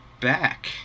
back